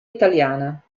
italiana